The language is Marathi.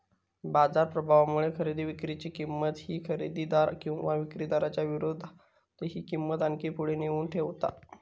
बाजार प्रभावामुळे खरेदी विक्री ची किंमत ही खरेदीदार किंवा विक्रीदाराच्या विरोधातही किंमत आणखी पुढे नेऊन ठेवता